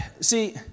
see